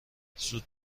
زود